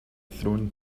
thrown